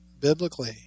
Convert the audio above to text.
biblically